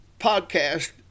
podcast